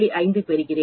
5 பெறுகிறேன்